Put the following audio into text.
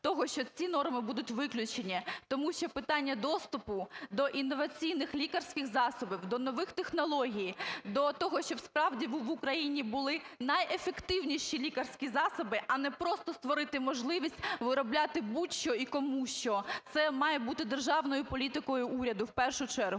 того, що ці норми будуть виключені. Тому що питання доступу до інноваційних лікарських засобів, до нових технологій, до того, щоб справді в Україні були найефективніші лікарські засоби, а не просто створити можливість виробляти будь-що і кому-що. Це має бути державною політикою уряду в першу чергу.